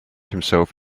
himself